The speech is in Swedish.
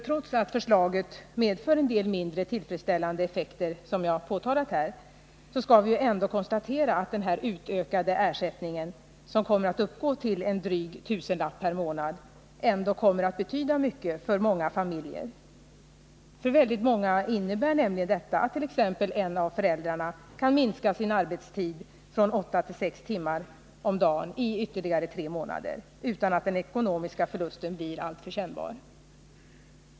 Trots att förslaget, som jag här har påtalat, medför en del mindre tillfredsställande effekter skall vi ju ändå konstatera att den utökade ersättningen, som kommer att uppgå till en dryg tusenlapp per månad, kommer att betyda mycket för många familjer. För väldigt många innebär nämligen detta att t.ex. en av föräldrarna kan minska sin arbetstid från åtta till sex timmar om dagen i ytterligare tre månader utan att den ekonomiska förlusten blir alltför kännbar.